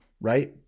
right